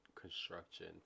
construction